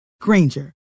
Granger